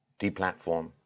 deplatform